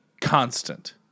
constant